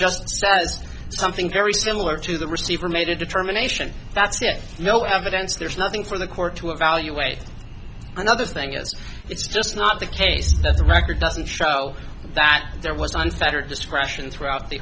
just says something very similar to the receiver made a determination that's it no evidence there's nothing for the court to evaluate another thing is it's just not the case the record doesn't show that there was unfettered discretion throughout the